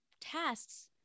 tasks